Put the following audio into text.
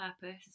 purpose